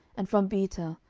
and from betah,